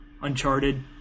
Uncharted